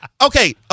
Okay